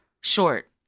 Short